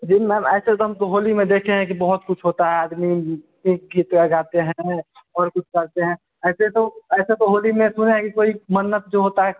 जी ma'am ऐसे तो हम तो होली में देखे हैं कि बहुत कुछ होता है आदमी की की तो लगाते हैं और कुछ करते हैं ऐसे तो ऐसे तो होली में सुने हैं कि कोई मन्नत जो होता है